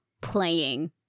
playing